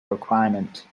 requirement